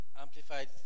amplified